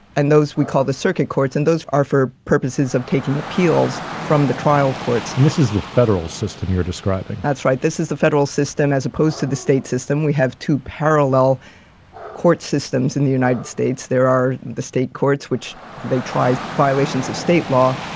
and those we call the circuit courts. and those are for purposes of taking appeals from the trial courts. and this is the federal system you're describing. that's right. this is the federal system as opposed to the state system. we have two parallel court systems in the united states. there are the state courts, which they try violations of state law,